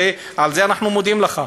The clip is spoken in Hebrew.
ועל זה אנחנו מודים לך.